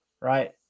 right